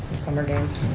summer games?